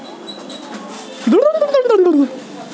रईचा कब तक गोदाम मे रखी है की खराब नहीं होता?